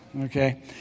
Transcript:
okay